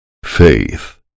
Faith